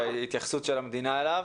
בהתייחסות של המדינה אליו.